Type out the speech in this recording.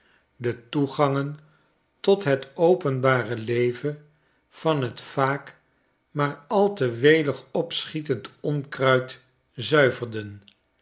de toegafigen tot het openbare leven van t vaak maar al te welig opschietend onkruid zuiverden